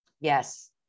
Yes